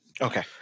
Okay